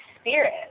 spirit